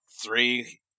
three